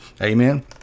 amen